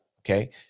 okay